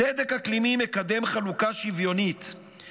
צדק אקלימי מקדם חלוקה שוויונית,